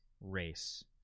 race